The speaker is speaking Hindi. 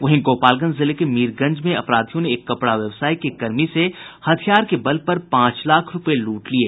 वहीं गोपालगंज जिले के मीरगंज में अपराधियों ने एक कपड़ा व्यवसायी के कर्मी से हथियार के बल पर पांच लाख रूपये लूट लिये